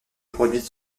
produites